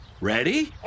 Ready